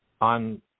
on –